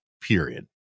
period